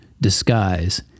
disguise